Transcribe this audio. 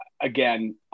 again